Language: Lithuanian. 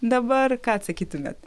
dabar ką atsakytumėt